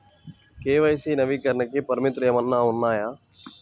KYC నవీకరణకి పరిమితులు ఏమన్నా ఉన్నాయా?